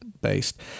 based